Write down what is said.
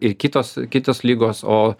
ir kitos kitos ligos o